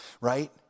right